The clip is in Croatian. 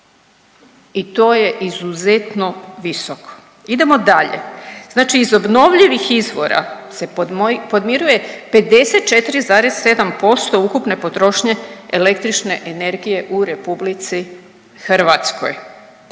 i to je izuzetno visoko. Idemo dalje. Znači iz obnovljivih izvora se podmiruje 54,7% ukupne potrošnje električne energije u Republici Hrvatskoj.